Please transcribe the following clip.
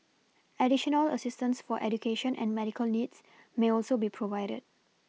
additional assistance for education and medical needs may also be provided